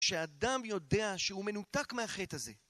שאדם יודע שהוא מנותק מהחטא הזה